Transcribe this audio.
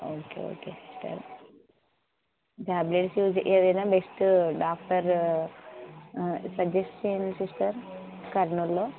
okay okay sister tablets use ఏదైనా best doctor suggest చేయండి sister కర్నూల్లో